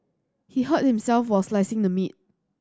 he hurt himself while slicing the meat